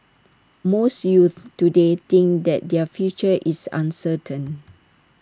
most youths today think that their future is uncertain